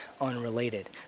unrelated